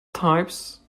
types